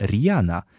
Rihanna